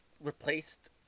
replaced